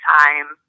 time